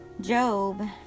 Job